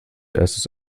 erstes